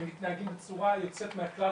הם מתנהגים יוצא מן הכלל.